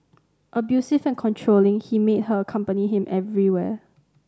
abusive and controlling he made her accompany him everywhere